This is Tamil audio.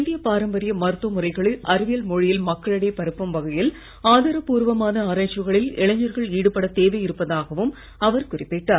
இந்திய பாரம்பரிய மருத்துவ முறைகளை அறிவியல் மொழியில் மக்களிடையே பரப்பும் வகையில் ஆதாரப்பூர்வமான ஆராய்ச்சிகளில் இளைஞர்கள் ஈடுபடத் தேவை இருப்பதாகவும் அவர் குறிப்பிட்டார்